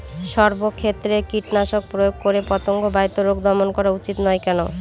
সব ক্ষেত্রে কীটনাশক প্রয়োগ করে পতঙ্গ বাহিত রোগ দমন করা উচিৎ নয় কেন?